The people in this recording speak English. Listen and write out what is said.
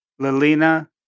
Lilina